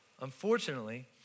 unfortunately